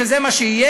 שזה מה שיהיה,